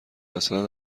اصلا